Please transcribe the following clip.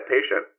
patient